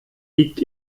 liegt